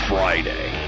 Friday